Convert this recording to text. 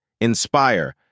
inspire